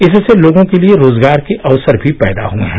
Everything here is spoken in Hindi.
इससे लोगों के लिए रोजगार के अवसर भी पैदा हए हैं